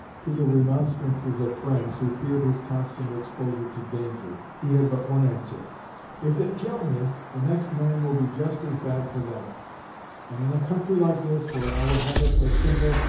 to the remonstrances of friends, who feared his constant exposure to danger, he had but one answer if they kill me, the next man will be just as bad for them and in a country like this, where our habits are simple,